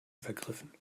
vergriffen